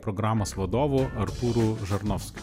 programos vadovu artūru žarnovskiu